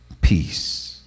peace